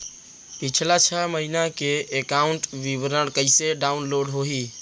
पिछला छः महीना के एकाउंट विवरण कइसे डाऊनलोड होही?